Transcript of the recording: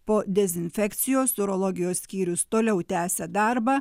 po dezinfekcijos urologijos skyrius toliau tęsia darbą